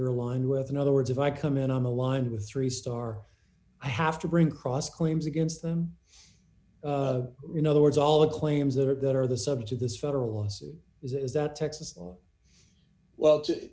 you're aligned with in other words if i come in on the line with three star i have to bring cross claims against them you know the words all the claims that are that are the subject of this federal lawsuit is that texas on well